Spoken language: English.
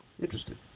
Interesting